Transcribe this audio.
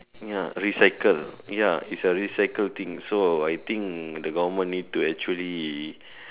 ya recycled ya it is a recycled thing so I think the government need to actually